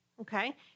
Okay